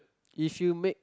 you should make